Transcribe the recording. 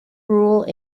rule